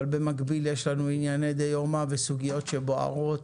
במקביל יש לנו ענייני דיומא בסוגיות שבוערות.